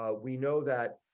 um we know that